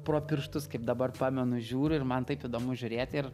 pro pirštus kaip dabar pamenu žiūriu ir man taip įdomu žiūrėti ir